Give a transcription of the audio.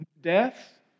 Death